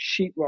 sheetrock